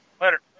Later